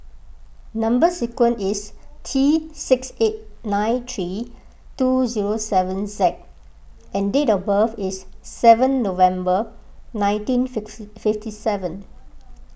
Number Sequence is T six eight nine three two zero seven Z and date of birth is seven November nineteen fifty seven